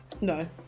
no